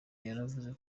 yavuze